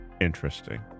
interesting